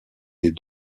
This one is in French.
des